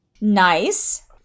Nice